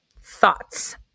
thoughts